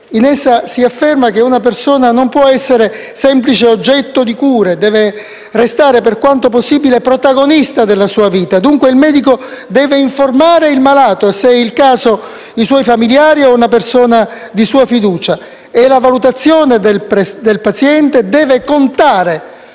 In essa si afferma che una persona non può essere semplice oggetto di cure, ma deve restare per quanto possibile protagonista della sua vita. Dunque il medico deve informare il malato e, se è il caso, i suoi familiari o una persona di sua fiducia. E la valutazione del paziente deve contare